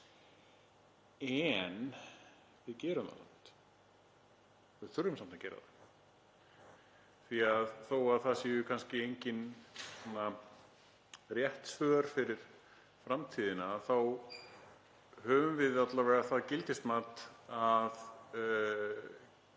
Við þurfum samt að gera það. Þó að það séu kannski engin rétt svör fyrir framtíðina þá höfum við alla vega það gildismat að